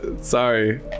Sorry